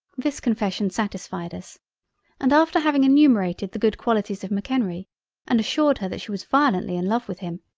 this confession satisfied us and after having enumerated the good qualities of m'kenrie and assured her that she was violently in love with him,